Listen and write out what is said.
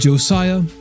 Josiah